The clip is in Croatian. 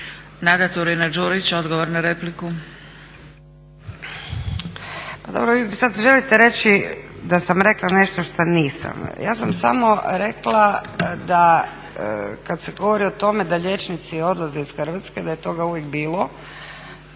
Nada Turina-Đurić odgovor na repliku.